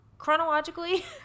chronologically